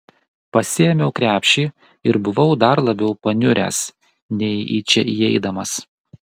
pasiėmiau krepšį ir buvau dar labiau paniuręs nei į čia įeidamas